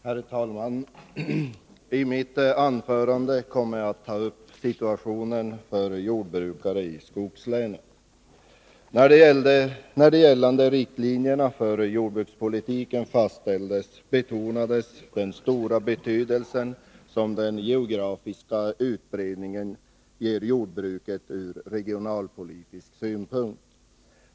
Herr talman! I mitt anförande kommer jag att ta upp situationen för jordbrukare i skogslänen. När de gällande riktlinjerna för jordbrukspolitiken fastställdes betonades den stora betydelse som den geografiska utbredningen ger jordbruket ur regionalpolitisk synpunkt.